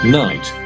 night